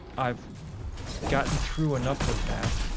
i've gotten through enough of that,